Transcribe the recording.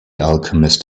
alchemist